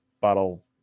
bottle